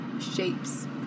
shapes